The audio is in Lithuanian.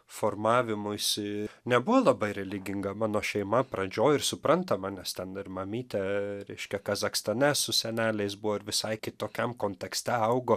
formavimuisi nebuvo labai religinga mano šeima pradžioj ir suprantama nes ten ir mamytė reiškia kazachstane su seneliais buvo ir visai kitokiam kontekste augo